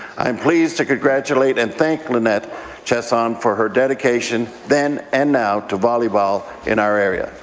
i'm pleased to congratulate and thank lynnette chiasson for her dedication then and now to volleyball in our area.